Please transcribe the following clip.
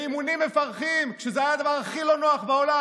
באימונים מפרכים כשזה היה הדבר הכי לא נוח בעולם?